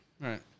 Right